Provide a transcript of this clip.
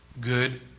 good